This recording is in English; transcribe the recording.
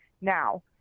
Now